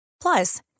Plus